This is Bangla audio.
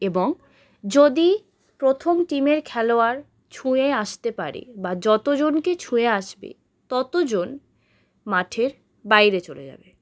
এবং যদি প্রথম টিমের খেলোয়াড় ছুঁয়ে আসতে পারে বা যতজনকে ছুঁয়ে আসবে ততজন মাঠের বাইরে চলে যাবে